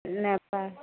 নেপায়